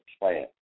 plan